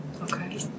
Okay